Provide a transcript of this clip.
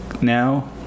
now